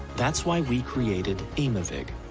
that's why we created. aimovig.